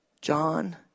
John